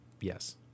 Yes